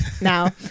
now